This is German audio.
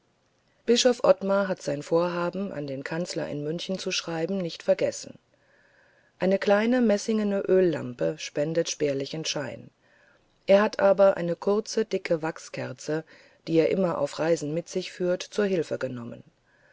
bischof ottmar hat sein vorhaben an den kanzler in münchen zu schreiben nicht vergessen eine kleine messingene öllampe spendet spärlichen schein er hat aber eine der kurzen dicken wachskerzen die er immer auf reisen mit sich führt zu hilfe genommen